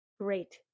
Great